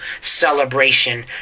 celebration